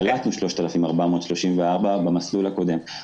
קלטנו 3,434 בקשות במסלול הקודם.